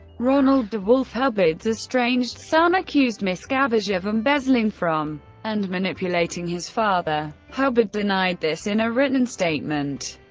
ronald dewolf, hubbard's estranged son, accused miscavige of embezzling from and manipulating his father. hubbard denied this in a written statement,